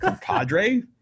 Padre